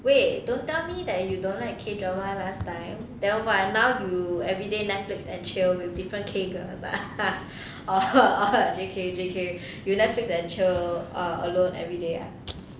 wait don't tell me that you don't like K drama last time then !wah! now you everyday netflix and chill with different K drama (uh huh) (uh huh) J_K J_K you netflix and chill err alone everyday ah